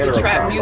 trap yeah